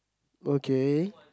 okay